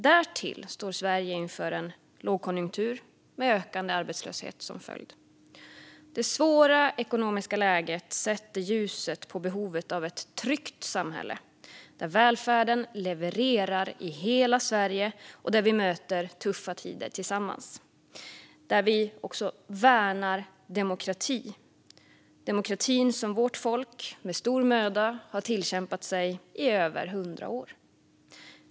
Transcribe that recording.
Därtill står Sverige inför en lågkonjunktur med ökande arbetslöshet som följd. Det svåra ekonomiska läget sätter ljuset på behovet av ett tryggt samhälle, där välfärden levererar i hela Sverige, där vi möter tuffa tider tillsammans och där vi värnar demokrati - den demokrati som vårt folk med stor möda har tillkämpat sig i över 100 år.